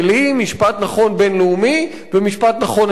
משפט נכון בין-לאומי ומשפט נכון אנושי.